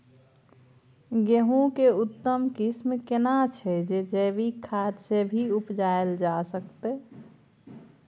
गेहूं के उत्तम किस्म केना छैय जे जैविक खाद से भी उपजायल जा सकते?